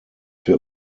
wir